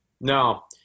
No